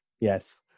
Yes